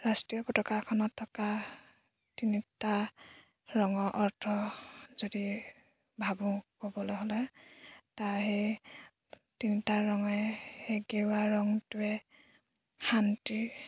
ৰাষ্ট্ৰীয় পতাকাখনত থকা তিনিটা ৰঙৰ অৰ্থ যদি ভাবোঁ ক'বলৈ হ'লে তাৰ সেই তিনিটা ৰঙে সেই গেৰুৱা ৰংটোৱে শান্তি